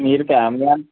మీరు ఫ్యామిలీ అంతా